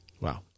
Wow